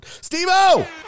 Steve-O